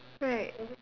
right